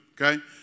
Okay